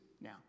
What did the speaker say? now